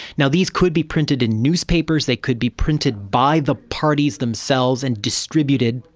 now, these could be printed in newspapers, they could be printed by the parties themselves and distributed,